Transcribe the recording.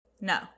No